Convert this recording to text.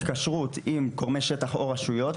התקשרות עם גורמי שטח או רשויות,